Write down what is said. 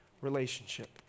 relationship